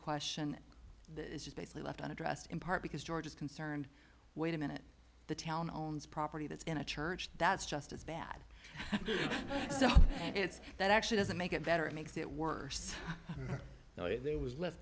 question that is basically left unaddressed in part because george is concerned wait a minute the town owns property that's in a church that's just as bad except it's that actually doesn't make it better it makes it worse so it